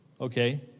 Okay